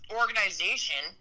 organization